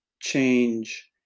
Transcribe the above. change